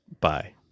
Bye